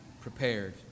prepared